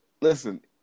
listen